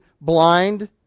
blind